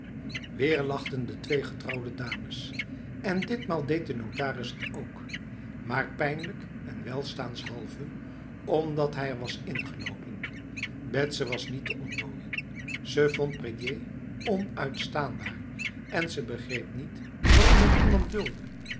weer lachten de twee getrouwde dames en ditmaal deed de notaris het ook maar pijnlijk en welstaanshalve omdat hij er was ingelopen'l betsy was niet te ontdooien ze vond prédier onuitstaanbaar en ze begreep niet waarom men iemand duldde